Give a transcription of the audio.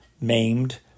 maimed